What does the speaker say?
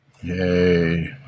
Yay